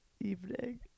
Evening